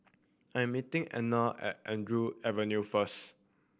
I am meeting Erna at Andrews Avenue first